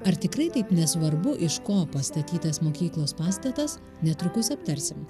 ar tikrai taip nesvarbu iš ko pastatytas mokyklos pastatas netrukus aptarsim